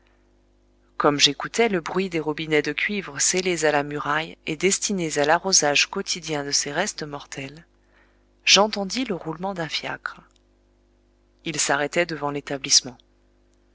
comme j'écoutais le bruit des robinets de cuivre scellés à la muraille et destinés à l'arrosage quotidien de ces restes mortels j'entendis le roulement d'un fiacre il s'arrêtait devant l'établissement